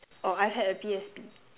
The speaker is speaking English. oh I had a P_S_P